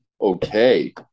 Okay